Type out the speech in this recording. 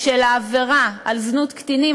של העבירה של זנות קטינים,